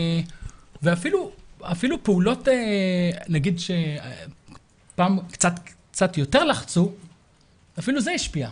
ואפילו פעולות כשפעם קצת יותר לחצו - אפילו זה השפיע.